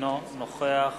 אינו נוכח